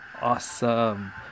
Awesome